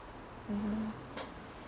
mmhmm